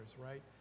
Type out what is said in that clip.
right